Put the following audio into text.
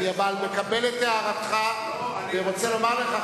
אבל אני מקבל את הערתך ורוצה לומר לך,